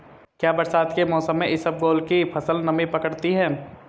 क्या बरसात के मौसम में इसबगोल की फसल नमी पकड़ती है?